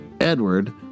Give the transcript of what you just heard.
Edward